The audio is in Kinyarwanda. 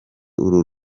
uru